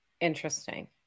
Interesting